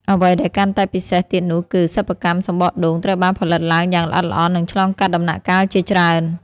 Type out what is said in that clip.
អ្វីដែលកាន់តែពិសេសទៀតនោះគឺ សិប្បកម្មសំបកដូង ត្រូវបានផលិតឡើងយ៉ាងល្អិតល្អន់ និងឆ្លងកាត់ដំណាក់កាលជាច្រើន។